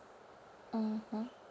mmhmm